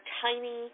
tiny